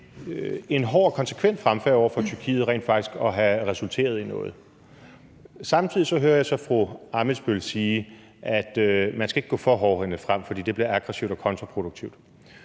en hård og konsekvent fremfærd over for Tyrkiet rent faktisk at have opnået nogle resultater. Samtidig hører jeg så fru Katarina Ammitzbøll sige, at man ikke skal gå for hårdhændet frem, fordi det bliver aggressivt og kontraproduktivt.